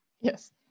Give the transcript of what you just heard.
Yes